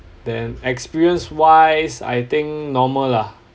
then experience wise I think normal lah